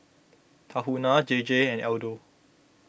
Tahuna J J and Aldo